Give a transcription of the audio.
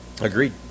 Agreed